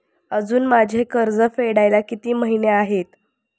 अजुन माझे कर्ज फेडायला किती महिने आहेत?